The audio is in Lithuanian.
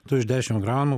tu iš dešim gramų